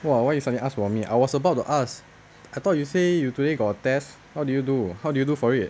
!wah! why you suddenly ask for me I was about to ask I thought you say you today got test how did you do how did you do for it